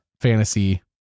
fantasy